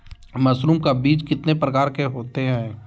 Mushroom का बीज कितने प्रकार के होते है?